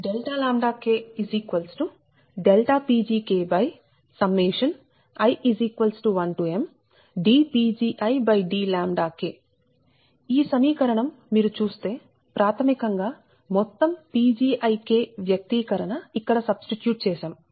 Pgi1mdPgidλ ఈ సమీకరణం మీరు చూస్తే ప్రాథమికం గా మొత్తం Pgi వ్యక్తీకరణ ఇక్కడ సబ్స్టిట్యూట్ చేసాము